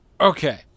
Okay